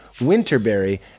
Winterberry